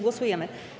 Głosujemy.